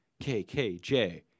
KKJ